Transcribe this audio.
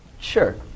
sure